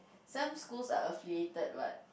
some schools are affiliated what